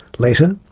later,